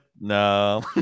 No